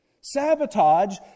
sabotage